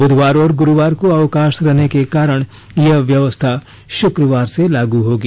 बुधवार और ग्रुवार को अवकाश रहने के कारण यह व्यवस्था शुक्रवार से लागू होगी